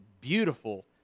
beautiful